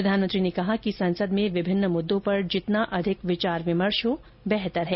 प्रधानमंत्री ने कहा कि संसद में विभिन्न मुद्दों पर जितना अधिक विचार विमर्श हो बेहतर है